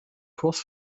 kurs